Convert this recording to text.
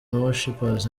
worshipers